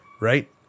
Right